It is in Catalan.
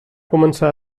començar